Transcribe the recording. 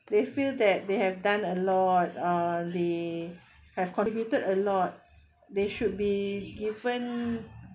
they feel that they have done a lot uh they have contributed a lot they should be given